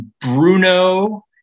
Bruno